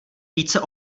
více